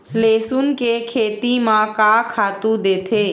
लेसुन के खेती म का खातू देथे?